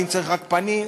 האם צריך רק פנים?